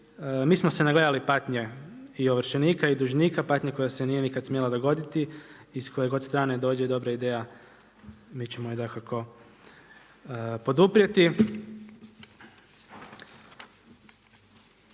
Mi smo se nagledali patnje i ovršenika i dužnika, patnje koja se nije nikada smjela dogoditi i s koje god strane da dođe dobra ideja, mi ćemo je dakako poduprijeti.